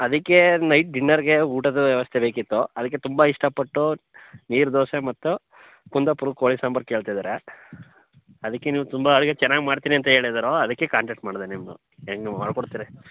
ಅದಕ್ಕೆ ನೈಟ್ ಡಿನ್ನರ್ಗೆ ಊಟದ ವ್ಯವಸ್ಥೆ ಬೇಕಿತ್ತು ಅದಕ್ಕೆ ತುಂಬ ಇಷ್ಟ ಪಟ್ಟು ನೀರ್ದೋಸೆ ಮತ್ತು ಕುಂದಾಪುರ್ದ ಕೋಳಿ ಸಾಂಬಾರು ಕೇಳ್ತಿದ್ದಾರೆ ಅದಕ್ಕೆ ನೀವು ಅಡುಗೆ ಚೆನ್ನಾಗಿ ಮಾಡ್ತೀನಿ ಅಂತ ಹೇಳಿದರು ಅದಕ್ಕೆ ಕಾಂಟಾಕ್ಟ್ ಮಾಡಿದೆ ನಿಮ್ಮನ್ನು ಹೆಂಗೆ ಮಾಡಿ ಕೊಡ್ತೀರಿ